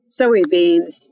soybeans